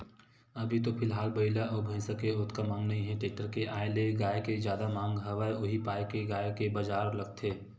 अभी तो फिलहाल बइला अउ भइसा के ओतका मांग नइ हे टेक्टर के आय ले गाय के जादा मांग हवय उही पाय के गाय के बजार लगथे